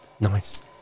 nice